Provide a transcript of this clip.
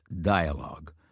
dialogue